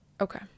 okay